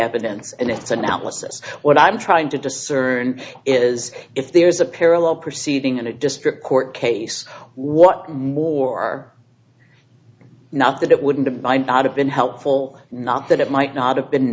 evidence and its analysis what i'm trying to discern is if there's a parallel proceeding in a district court case what more not that it wouldn't by not have been helpful not that it might not have been